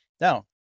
Now